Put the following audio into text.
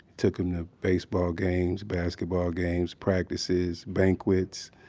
took em to baseball games, basketball games, practices, banquets.